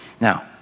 Now